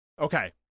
okay